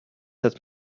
that